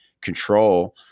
control